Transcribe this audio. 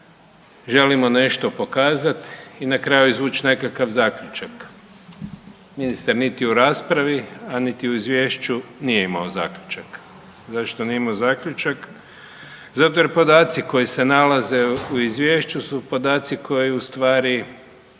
želimo nešto pokazati i na kraju izvući nekakav zaključak. Ministar niti u raspravi, a niti u Izvješću nije imao zaključak. Zašto nije imao zaključak? Zato jer podaci koji se nalaze u Izvješću su podaci koji ustvari